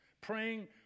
praying